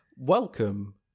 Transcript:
Welcome